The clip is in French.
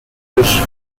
polje